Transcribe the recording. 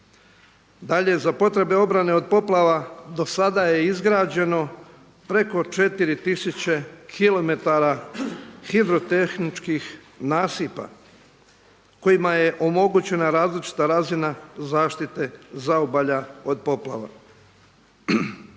Dalje, za potrebe obrane od poplava dosada je izgrađeno preko 4 tisuće kilometara hidrotehničkih nasipa kojima je omogućena različita razina zaštite zaobalja od poplava.